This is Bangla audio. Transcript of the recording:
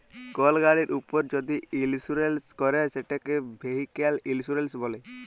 কল গাড়ির উপর যদি ইলসুরেলস ক্যরে সেটকে ভেহিক্যাল ইলসুরেলস ব্যলে